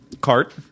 cart